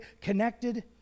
connected